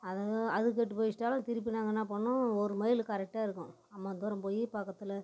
அதுவும் அது கெட்டு போயிடுச்சுனாலும் திருப்பி நாங்கள் என்ன பண்ணுவோம் ஒரு மைல் கரெக்டாக இருக்கும் அம்மா தூரம் போயி பக்கத்தில்